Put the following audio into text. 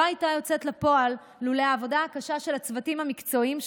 הייתה יוצאת לפועל לולא העבודה הקשה של הצוותים המקצועיים,